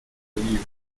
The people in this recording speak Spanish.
bolívar